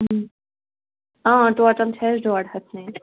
اۭں total چھِ اَسہِ ڈۄڈ ہَتھ نِنۍ